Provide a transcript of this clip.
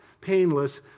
painless